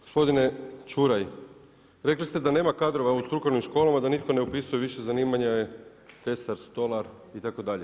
Gospodine Čuraj, rekli ste da nema kadrova u strukovnim školama, da nitko više ne upisuje zanimanje tesar, stolar itd.